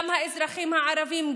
גם האזרחים הערבים,